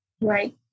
right